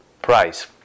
Price